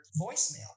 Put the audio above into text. voicemail